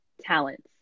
talents